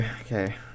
okay